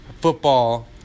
football